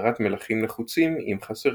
והחדרת מלחים נחוצים אם חסרים.